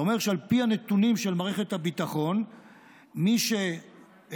זה אומר שעל פי הנתונים של מערכת הביטחון מי שעיקר